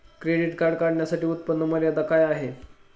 Credit card काढण्यासाठी उत्पन्न मर्यादा काय आहे?